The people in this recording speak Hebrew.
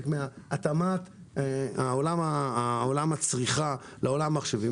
בהיבט של התאמת עולם הצריכה לעולם המחשבים.